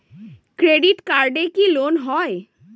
Credit কার্ডে কি loan হয়?